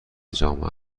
جامعه